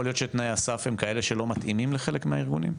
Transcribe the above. יכול להיות שתנאי הסף הם כאלה שלא מתאימים לחלק מהארגונים?